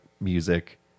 Music